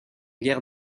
guerre